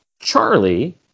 Charlie